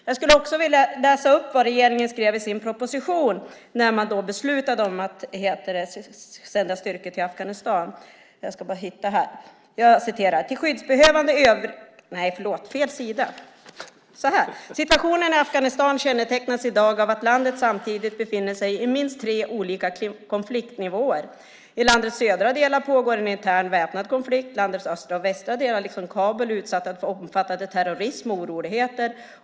Jag skulle också vilja läsa upp vad regeringen skrev i sin proposition när man beslutade om att sända styrkor till Afghanistan: Situationen i Afghanistan kännetecknas i dag av att landet samtidigt befinner sig i minst tre olika konfliktnivåer. I landets södra delar pågår en intern väpnad konflikt. Landets östra och västra delar liksom Kabul är utsatta för omfattade terrorism och oroligheter.